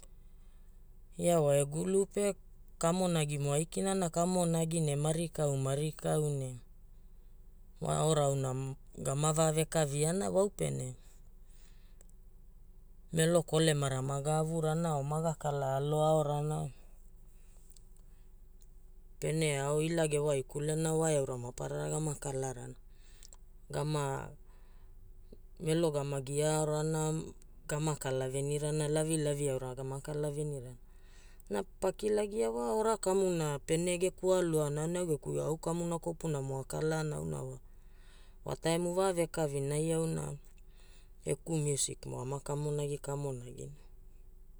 Ia wa egulu pe kamonagimo aikina na kamonagi ne marikau marikau ne wa ora auna gama va vekaviana waupene Melo kolemara maga avurana o maga kala aloaorana pene ao ila gewaikulena waeaura maparara gama kalarana. Gama Melo gama giaaorana, gama kalavenirana, lavilavi aura gama kalavenirana, na pakilagiawa, ora kamuna pene geku aaluaona aonai au geku au kamuna kopunamo akalaana auna wa wataimu vavekavinai auna geku musiK mo amakamonagi kamonagina